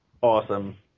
Awesome